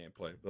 gameplay